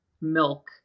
milk